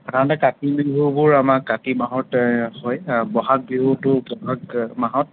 সাধাৰণতে কাতি বিহুবোৰ আমাৰ কাতি মাহতে হয় আ ব'হাগ বিহুটো ব'হাগ মাহত